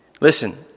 Listen